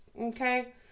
okay